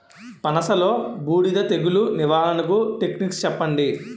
పనస లో బూడిద తెగులు నివారణకు టెక్నిక్స్ చెప్పండి?